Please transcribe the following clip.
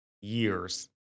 years